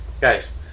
Guys